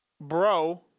Bro